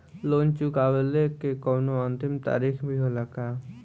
Loan चुकवले के कौनो अंतिम तारीख भी होला का?